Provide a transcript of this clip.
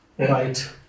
Right